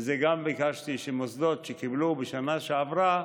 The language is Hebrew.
וגם את זה ביקשתי, שמוסדות שקיבלו בשנה שעברה